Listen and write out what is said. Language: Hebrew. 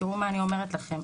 תזכרו מה אני אומרת לכם.